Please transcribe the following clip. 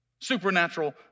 Supernatural